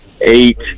eight